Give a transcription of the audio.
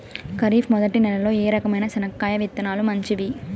ఖరీఫ్ మొదటి నెల లో ఏ రకమైన చెనక్కాయ విత్తనాలు మంచివి